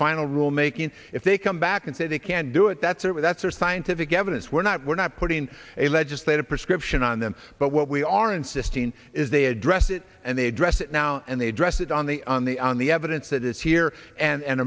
final rule making if they come back and say they can't do it that's it that's or scientific evidence we're not we're not putting a legislative prescription on them but what we are insisting is they address it and they address it now and they address it on the on the on the evidence that is here and